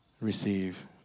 receive